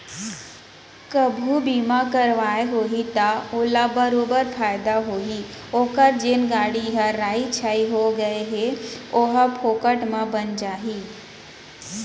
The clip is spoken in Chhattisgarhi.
कभू बीमा करवाए होही त ओला बरोबर फायदा होही ओकर जेन गाड़ी ह राइ छाई हो गए हे ओहर फोकट म बन जाही